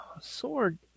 sword